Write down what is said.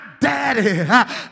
daddy